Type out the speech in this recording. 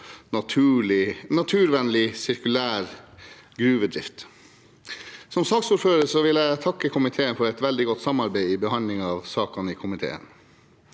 naturvennlig, sirkulær gruvedrift. Som saksordfører vil jeg takke komiteen for et veldig godt samarbeid i behandlingen av sakene i komiteen.